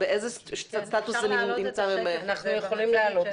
באיזה סטטוס היא נמצאת אפשר להעלות את השקף.